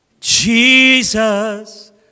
Jesus